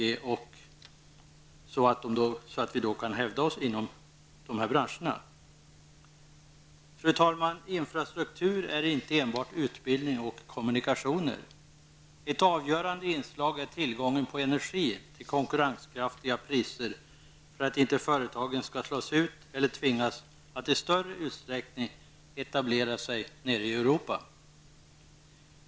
Det gäller ju för oss att kunna hävda oss i fråga om de här branscherna. Infrastruktur är inte enbart utbildning och kommunikationer. Ett avgörande inslag är tillgången på energi till konkurrenskraftiga priser för att företagen inte skall slås ut eller tvingas att i större utsträckning etablera sig nere i Europa.